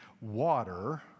water